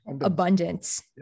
abundance